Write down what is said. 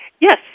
Yes